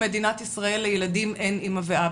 במדינת ישראל לילדים אין אמא ואבא,